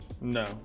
No